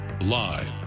Live